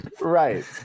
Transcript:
Right